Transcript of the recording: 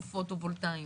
דונמים,